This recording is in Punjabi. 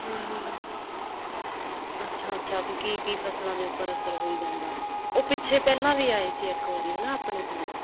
ਹਮ ਹਮ ਹਮ ਅੱਛਾ ਅੱਛਾ ਵੀ ਕੀ ਕੀ ਫ਼ਸਲਾਂ ਦੇ ਉੱਪਰ ਅਸਰ ਹੋਈ ਜਾਂਦਾ ਉਹ ਪਿੱਛੇ ਪਹਿਲਾਂ ਵੀ ਆਏ ਸੀ ਇੱਕ ਵਾਰੀ ਹੈ ਨਾ ਆਪਣੇ ਪਿੰਡ